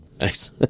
Nice